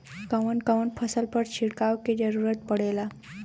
कवन कवन फसल पर छिड़काव के जरूरत पड़ेला?